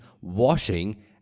washing